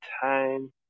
time